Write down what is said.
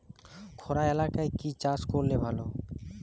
খরা এলাকায় কি চাষ করলে ভালো?